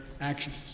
actions